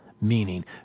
meaning